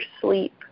sleep